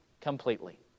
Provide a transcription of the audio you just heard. completely